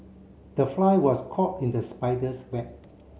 the fly was caught in the spider's web